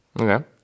Okay